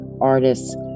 artists